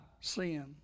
sin